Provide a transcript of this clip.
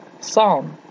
Psalm